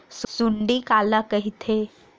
सुंडी काला कइथे?